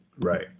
Right